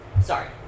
Sorry